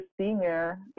senior